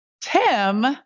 Tim